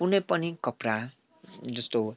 कुनै पनि कपडा जस्तो